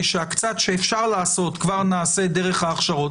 שהקצת שאפשר לעשות כבר נעשה דרך ההכשרות,